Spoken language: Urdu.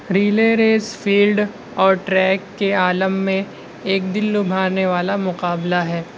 ریلے ریس فیلڈ اور ٹریک کے عالم میں ایک دل لبھانے والا مقابلہ ہے